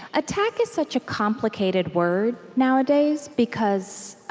attack is such a complicated word nowadays, because